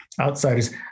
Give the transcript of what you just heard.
outsiders